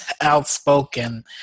outspoken